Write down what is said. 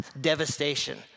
devastation